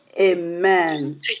Amen